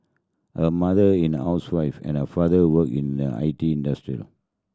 her mother in a housewife and her father work in the I T industrial